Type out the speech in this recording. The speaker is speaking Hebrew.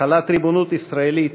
החלת ריבונות ישראלית